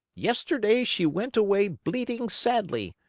yesterday she went away bleating sadly,